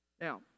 Now